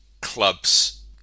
clubs